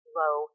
low